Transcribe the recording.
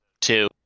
two